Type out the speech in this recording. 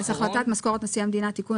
החלטת משכורת נשיא המדינה (תיקון),